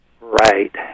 right